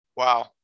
Wow